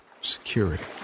security